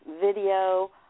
video